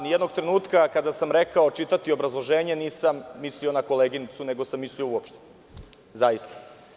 Nijednog trenutka kada sam rekao – čitati obrazloženje, nisam mislio na koleginicu, nego sam mislio uopšteno, zaista.